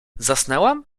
zasnęłam